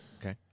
Okay